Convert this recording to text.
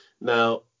Now